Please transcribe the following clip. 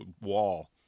wall